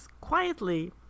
quietly